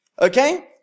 Okay